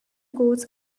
goes